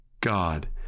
God